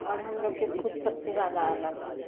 आओर हमलोगके खुद सबसँ जादा अलग है